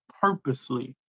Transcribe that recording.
purposely